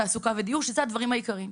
תעסוקה ודיור שהם הדברים העיקריים.